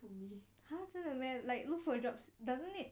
!huh! 真的 meh like look for jobs doesn't it